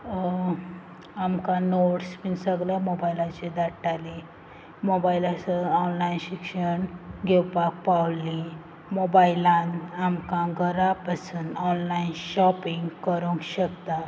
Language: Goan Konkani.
आमकां नोट्स बीन सगले मोबायलाचेर धाडटालीं मोबायलासून ऑनलायन शिक्षण घेवपाक पावलीं मोबायलान आमकां घरा बसून ऑनलायन शॉपींग करोंक शकता